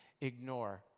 ignore